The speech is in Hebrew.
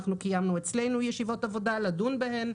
אנחנו קיימנו אצלנו ישיבות עבודה, לדון בהן.